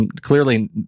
clearly